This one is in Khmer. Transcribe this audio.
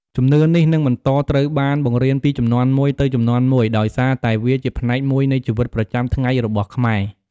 ជំនឿនេះនឹងបន្តត្រូវបានបង្រៀនពីជំនាន់មួយទៅជំនាន់មួយ ដោយសារតែវាជាផ្នែកមួយនៃជីវិតប្រចាំថ្ងៃរបស់ខ្មែរ។